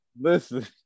Listen